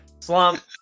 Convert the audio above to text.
slump